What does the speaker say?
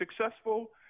successful